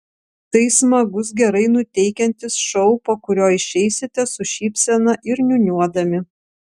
tai smagus gerai nuteikiantis šou po kurio išeisite su šypsena ir niūniuodami